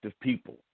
people